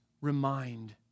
remind